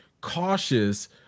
cautious